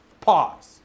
Pause